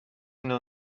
know